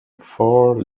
four